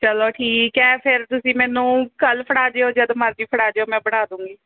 ਚੱਲੋ ਠੀਕ ਹੈ ਫਿਰ ਤੁਸੀਂ ਮੈਨੂੰ ਕੱਲ੍ਹ ਫੜਾ ਜਾਇਓ ਜਦ ਮਰਜ਼ੀ ਫੜਾ ਜਾਇਓ ਮੈਂ ਬਣਾ ਦੂੰਗੀ